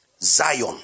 Zion